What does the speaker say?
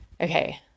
Okay